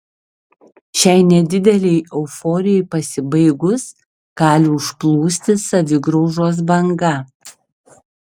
šiai nedidelei euforijai pasibaigus gali užplūsti savigraužos banga